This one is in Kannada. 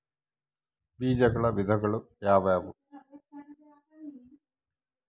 ಬೇಜಗಳ ವಿಧಗಳು ಯಾವುವು?